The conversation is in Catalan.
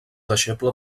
deixeble